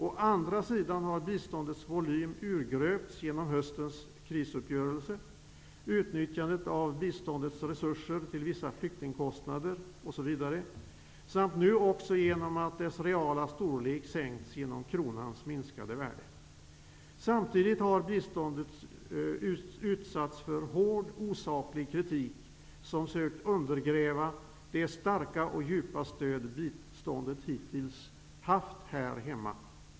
Å andra sidan har biståndets volym urgröpts genom höstens krisuppgörelse, utnyttjandet av biståndets resurser till vissa flyktingkostnader osv. samt nu också genom att dess reala storlek sänkts genom kronans minskade värde. Samtidigt har biståndet utsatts för hård osaklig kritik som sökt undergräva det starka och djupa stöd biståndet hittills haft här hemma.